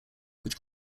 which